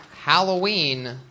Halloween